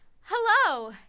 Hello